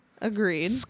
Agreed